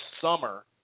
summer